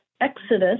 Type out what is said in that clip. Exodus